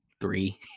three